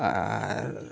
ᱟᱨ